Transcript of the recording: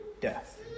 death